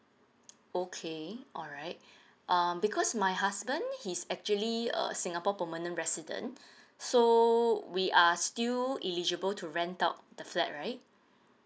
okay all right um because my husband he's actually a singapore permanent resident so we are still eligible to rent out the flat right